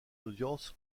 audience